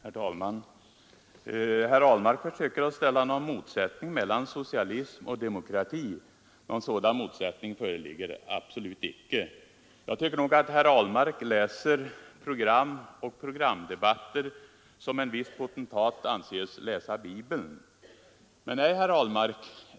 Herr talman! Herr Ahlmark försöker ställa upp någon motsättning mellan socialism och demokrati. Någon sådan motsättning föreligger absolut inte. Jag tycker att herr Ahlmark läser program och programdebatter som en viss potentat anses läsa Bibeln.